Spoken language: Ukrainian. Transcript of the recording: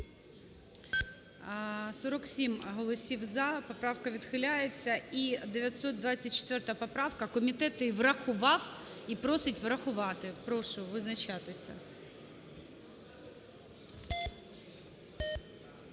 47 голосів "за", поправка відхиляється. І 924 поправка, комітет її врахував і просить врахувати. Прошу визначатися.